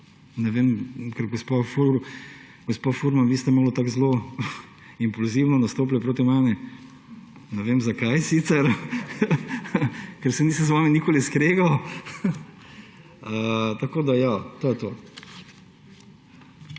jih imeli. Gospa Furman, vi ste tako zelo impulzivno nastopili proti meni. Ne vem, zakaj sicer, ker se nisem z vami nikoli skregal. Tako da ja, to je to.